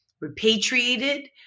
repatriated